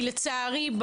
כי לצערי,